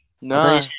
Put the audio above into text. No